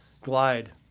glide